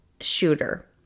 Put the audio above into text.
shooter